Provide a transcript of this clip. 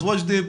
וג'די,